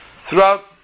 Throughout